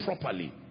properly